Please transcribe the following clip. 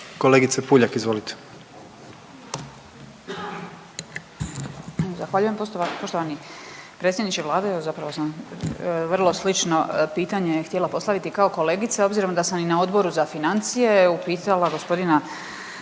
Marijana (Centar)** Zahvaljujem. Poštovani predsjedniče vlade, evo zapravo sam vrlo slično pitanje htjela postaviti i kao kolegica obzirom da sam i na Odboru za financije upitala gospodina